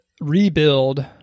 rebuild